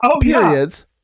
periods